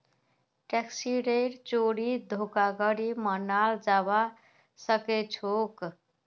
टैक्सेर चोरी धोखाधड़ी मनाल जाबा सखेछोक